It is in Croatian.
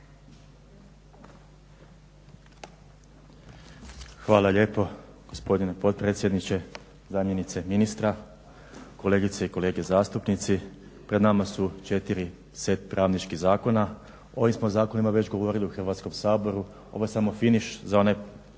Hvala lijepo gospodine potpredsjedniče. Zamjenice ministra, kolegice i kolege zastupnici. Pred nama su četiri set pravničkih zakona. O ovim smo zakonima već govorili u Hrvatskom saboru, ovo je samo finiš za onaj